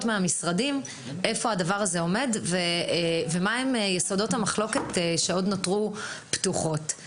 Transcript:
מהמשרדים היכן הדבר הזה עומד ומה הם יסודות המחלוקת שעוד נותרו פתוחות.